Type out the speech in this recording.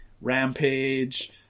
rampage